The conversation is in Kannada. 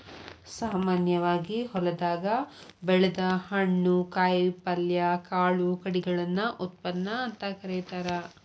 ಸಾಮಾನ್ಯವಾಗಿ ಹೊಲದಾಗ ಬೆಳದ ಹಣ್ಣು, ಕಾಯಪಲ್ಯ, ಕಾಳು ಕಡಿಗಳನ್ನ ಉತ್ಪನ್ನ ಅಂತ ಕರೇತಾರ